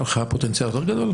היה לך פוטנציאל יותר גדול?